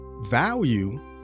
value